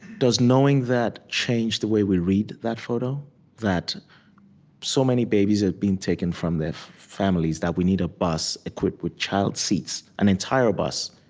does knowing that change the way we read that photo that so many babies have been taken from their families that we need a bus equipped with child seats, an entire bus